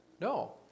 No